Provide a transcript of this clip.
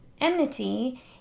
Enmity